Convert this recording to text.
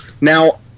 now